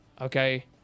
Okay